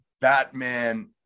Batman